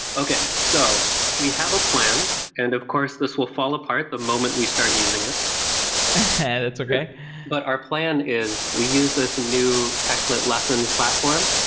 okay, so we have a plan and of course, this will fall apart the moment we start using it that's okay but our plan is we use this new techlit lessons platform.